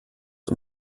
und